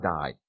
died